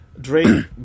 Drake